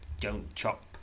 don't-chop